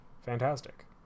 fantastic